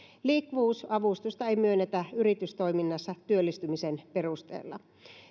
liikkuvuusavustusta ei myönnetä yritystoiminnassa työllistymisen perusteella